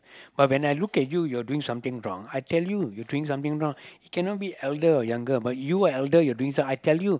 but when I look at you you are doing something wrong I tell you you doing something wrong you cannot be elder or younger but you are elder you are doing something I tell you